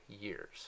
years